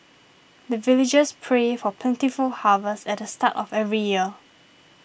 the villagers pray for plentiful harvest at the start of every year